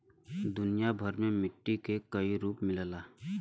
दुनिया भर में मट्टी के कई रूप मिलला